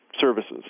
services